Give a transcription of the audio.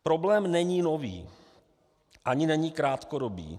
Problém není nový, ani není krátkodobý.